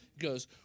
goes